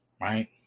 Right